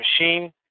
machine